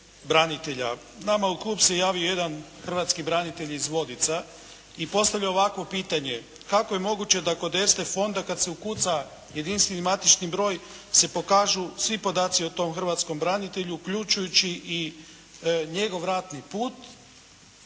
Nama u klub se javio jedan hrvatski branitelj iz Vodica i postavio ovakvo pitanje. Kako je moguće da kod Erste fonda kada se ukuca jedinstveni matični broj se pokažu svi podaci o tom hrvatskom branitelju uključujući i njegov ratni put,